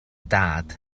dad